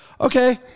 okay